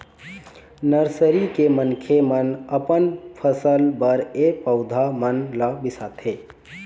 nursery के मनखे मन अपन फसल बर ए पउधा मन ल बिसाथे